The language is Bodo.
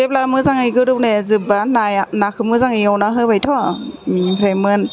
जेब्ला मोजाङै गोदौनाया जोबबा नाखौ मोजाङै एवना होबायथ' बेनिफ्राय